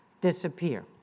disappear